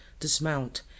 dismount